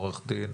עורך דין,